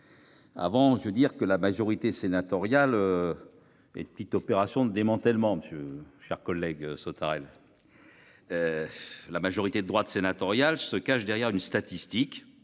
Avant je veux dire que la majorité sénatoriale. Et petites opérations de démantèlement monsieur chers collègues Sautarel. La majorité de droite sénatoriale se cache derrière une statistique.